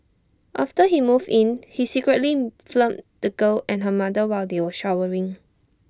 after he moved in he secretly filmed the girl and her mother while they were showering